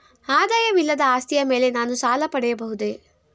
ಆದಾಯವಿಲ್ಲದ ಆಸ್ತಿಯ ಮೇಲೆ ನಾನು ಸಾಲ ಪಡೆಯಬಹುದೇ?